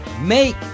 Make